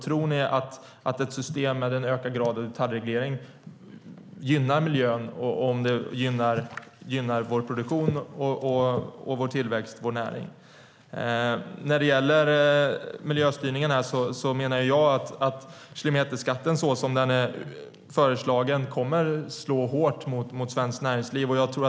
Tror ni att ett system med en ökad grad av detaljreglering gynnar miljön om det gynnar vår produktion, vår tillväxt och vår näring? Jag menar att kilometerskatten sådan den föreslås kommer att slå hårt mot svenskt näringsliv.